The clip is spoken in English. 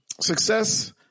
Success